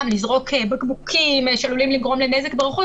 לזרוק בקבוקים שעלולים לגרום לנזק ברכוש.